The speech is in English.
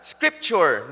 Scripture